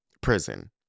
Prison